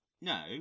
No